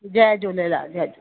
जय झूलेलाल जय झूलेलाल